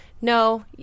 no